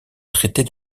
traiter